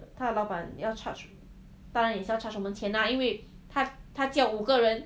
老板要 charge 当然也是要 charge 我们钱 ah 因为他他叫五个人